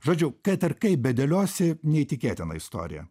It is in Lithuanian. žodiu kad ir kaip bedėliosi neįtikėtinai istoriją